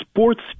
Sports